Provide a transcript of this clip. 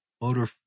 motor